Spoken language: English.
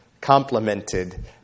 complemented